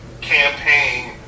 campaign